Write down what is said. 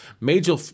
Major